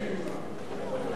מי בעד?